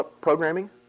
programming